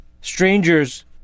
Strangers